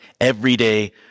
Everyday